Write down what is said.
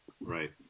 Right